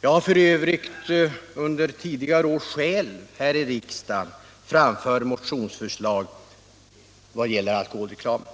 Jag har f. ö. under tidigare år själv här i riksdagen framfört motionsförslag om alkoholreklamen.